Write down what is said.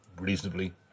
reasonably